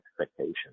expectation